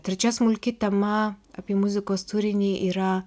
trečia smulki tema apie muzikos turinį yra